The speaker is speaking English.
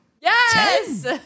Yes